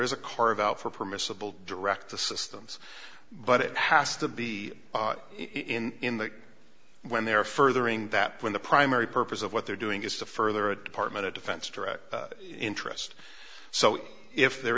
is a carve out for permissible direct the systems but it has to be in that when they're furthering that when the primary purpose of what they're doing is to further a department of defense direct interest so if there